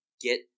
get